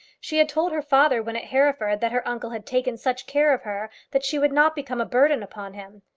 she had told her father when at hereford that her uncle had taken such care of her that she would not become a burden upon him.